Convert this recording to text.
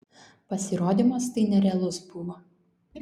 pasirodymas tai nerealus buvo